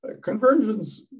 Convergence